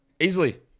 easily